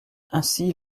ainsi